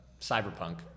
cyberpunk